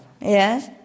yes